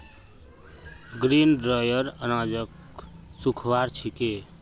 grain dryer अनाजक सुखव्वार छिके